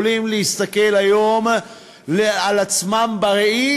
יכולים להסתכל היום על עצמם בראי